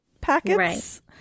packets